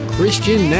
Christian